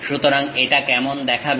সুতরাং এটা কেমন দেখাবে